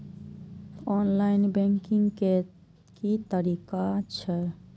Online banking के की तरीका छै?